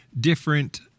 different